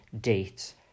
dates